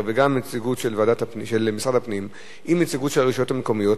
וגם נציגות של משרד הפנים עם נציגות של הרשויות המקומיות,